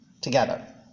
together